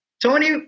Tony